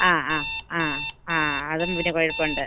ആ ആ ആ ആ അതും പിന്നെ കുഴപ്പമുണ്ട്